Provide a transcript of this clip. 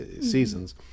seasons